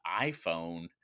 iPhone